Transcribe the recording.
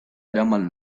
eraman